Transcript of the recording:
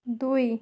ଦୁଇ